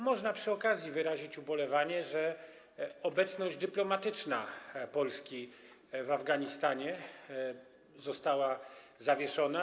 Można przy okazji wyrazić ubolewanie, że obecność dyplomatyczna Polski w Afganistanie została zawieszona.